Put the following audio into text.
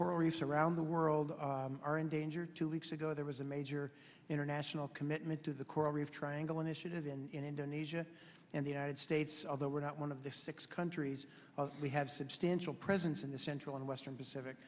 coral reefs around the world are in danger two weeks ago there was a major international commitment to the coral reef triangle initiative in indonesia and the united states although we're not one of the six countries we have substantial presence in the central and western pacific